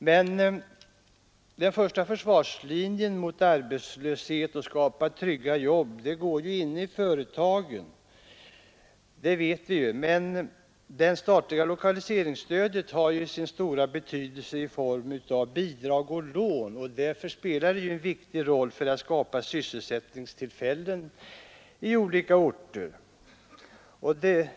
Även om den första försvarslinjen när det gäller att motverka arbetslöshet och att skapa trygga jobb som bekant går inne i företagen, har det statliga lokaliseringsstödet i form av bidrag och lån sin stora betydelse, och därför spelar det en viktig roll för att skapa sysselsättningstillfällen på olika orter.